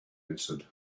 answered